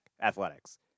Athletics